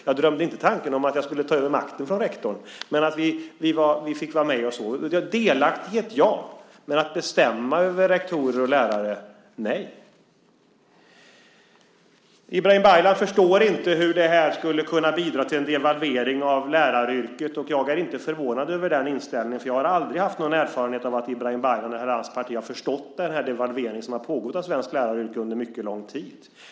Jag hade inte en tanke på att jag skulle ta över makten från rektorn, men vi fick vara med. Delaktighet - ja, men att bestämma över rektorer och lärare - nej! Ibrahim Baylan förstår inte hur det här skulle kunna bidra till en devalvering av läraryrket, och jag är inte förvånad över den inställningen, för jag har aldrig haft någon erfarenhet av att Ibrahim Baylan eller hans parti har förstått den devalvering som har pågått av svenska läraryrken under mycket lång tid.